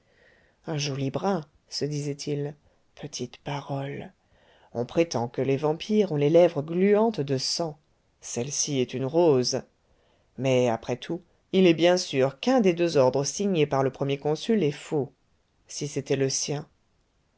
un joli brin se disait-il petite parole on prétend que les vampires ont les lèvres gluantes de sang celle-ci est une rose mais après tout il est bien sûr qu'un des deux ordres signés par le premier consul est faux si c'était le sien